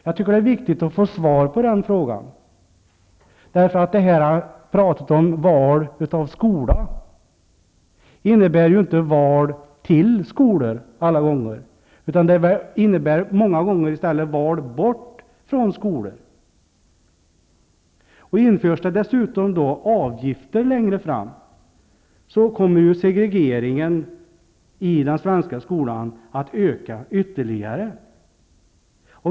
Jag tycker att det är viktigt att få svar i det avseendet. Talet om val av skola innebär ju inte ett val till skolor alla gånger, utan många gånger innebär det i stället ett val bort från skolor. Införs det dessutom avgifter längre fram, kommer segregeringen i den svenska skolan att öka ytterligare.